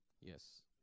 Yes